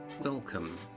Welcome